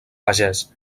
pagès